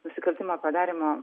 nusikaltimo padarymo